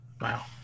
Wow